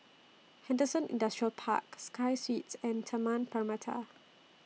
Henderson Industrial Park Sky Suites and Taman Permata